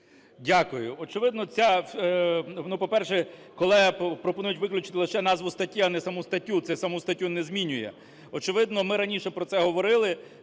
Дякую. Очевидно, ця... Ну, по-перше, колеги пропонують виключити лише назву статті, а не саму статтю, це саму статтю не змінює. Очевидно, ми раніше про це говорили,